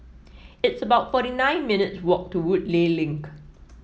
it's about forty nine minutes' walk to Woodleigh Link